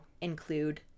include